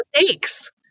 mistakes